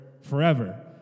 forever